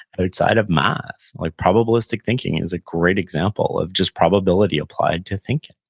outside of math. like probabilistic thinking is a great example of just probability applied to thinking,